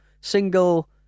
single